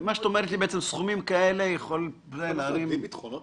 כשבצד השני לא אחר מבעל השליטה ב"אי.די.בי" מר נוחי דנקנר.